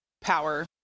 power